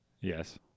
Yes